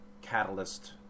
catalyst